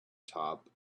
top